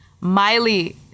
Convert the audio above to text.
Miley